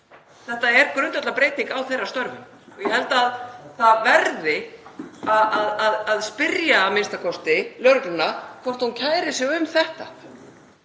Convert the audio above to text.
Þetta er grundvallarbreyting á þeirra störfum og ég held að það verði að spyrja a.m.k. lögregluna hvort hún kæri sig um þetta,